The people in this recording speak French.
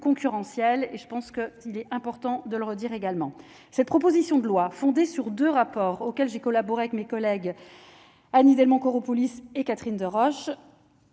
concurrentiel et je pense que il est important de le redire également cette proposition de loi fondée sur 2 rapports auxquels j'ai collaboré avec mes collègues Annie Delmont Koropoulis et Catherine Deroche